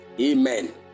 Amen